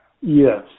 Yes